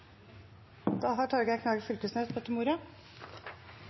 Da har Torgeir Knag Fylkesnes bedt om ordet.